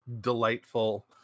delightful